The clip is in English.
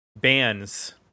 bands